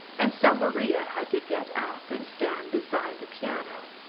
and so maria had to get up and stand beside the piano.